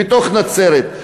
בתוך נצרת.